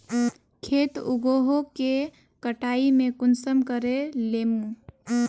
खेत उगोहो के कटाई में कुंसम करे लेमु?